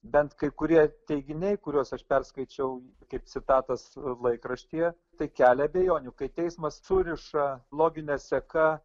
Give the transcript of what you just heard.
bent kai kurie teiginiai kuriuos aš perskaičiau kaip citatas laikraštyje tai kelia abejonių kai teismas suriša logine seka